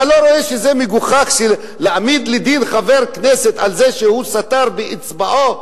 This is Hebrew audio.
אתה לא רואה שזה מגוחך להעמיד לדין חבר כנסת על זה שהוא סטר באצבעו?